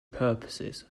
purposes